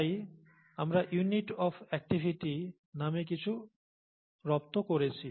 তাই আমরা unit of activity নামে কিছু রপ্ত করেছি